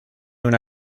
una